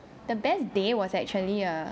the best day was actually a